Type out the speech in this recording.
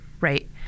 Right